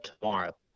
tomorrow